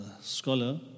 scholar